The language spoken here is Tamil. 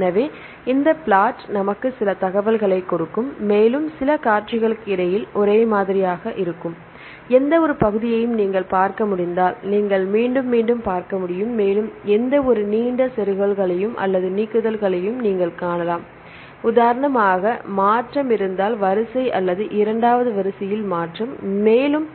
எனவே இந்த பிளாட் நமக்கு சில தகவல்களைக் கொடுக்கும் மேலும் சில காட்சிகளுக்கு இடையில் ஒரே மாதிரியாக இருக்கும் எந்தவொரு பகுதியையும் நீங்கள் பார்க்க முடிந்தால் நீங்கள் மீண்டும் மீண்டும் பார்க்க முடியும் மேலும் எந்தவொரு நீண்ட செருகல்களையும் அல்லது நீக்குதல்களையும் நீங்கள் காணலாம் உதாரணமாக மாற்றம் இருந்தால் வரிசை அல்லது இரண்டாவது வரிசையில் மாற்றம் மேலும்